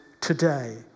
today